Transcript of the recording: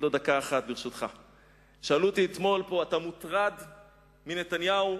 אתה מוטרד מנתניהו?